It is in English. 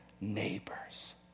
neighbors